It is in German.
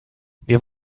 wir